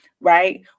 right